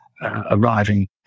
arriving